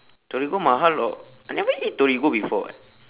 torigo mahal or I never eat torigo before [what]